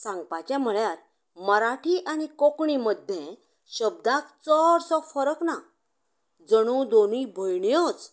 सांगपाचे म्हळ्यार मराठी आनी कोंकणी मदीं शब्दाक चडसो फरक ना जणू दोनूय भयण्योच